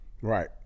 Right